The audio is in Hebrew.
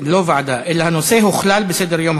לא ועדה, אלא הנושא הוכלל בסדר-היום.